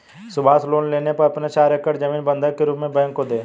Subhash loan लेने पर अपनी चार एकड़ जमीन बंधक के रूप में बैंक को दें